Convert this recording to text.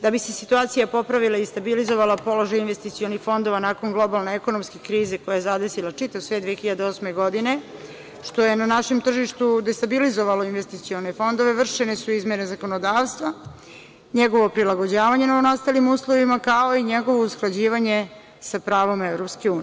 Da bi se situacija popravila i stabilizovala, položaj investicionih fondova nakon globalne ekonomske krize koja je zadesila čitav svet 2008. godine, što je na našem tržištu destabilizovalo investicione fondove, vršene su izmene zakonodavstva, njegovo prilagođavanje novonastalim uslovima, kao i njegovo usklađivanje sa pravom EU.